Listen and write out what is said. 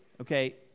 Okay